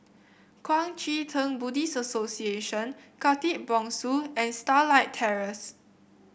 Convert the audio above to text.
Kuang Chee Tng Buddhist Association Khatib Bongsu and Starlight Terrace